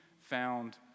found